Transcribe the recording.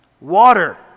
water